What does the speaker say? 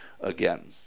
again